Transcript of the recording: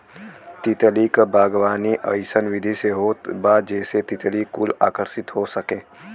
तितली क बागवानी अइसन विधि से होत बा जेसे तितली कुल आकर्षित हो सके